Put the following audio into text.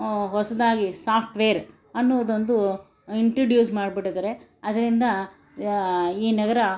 ಹೊಸದಾಗಿ ಸಾಫ್ಟ್ವೇರ್ ಅನ್ನೋದೊಂದು ಇಂಟ್ರೊಡ್ಯೂಸ್ ಮಾಡ್ಬಿಟ್ಟಿದ್ದಾರೆ ಅದರಿಂದ ಈ ನಗರ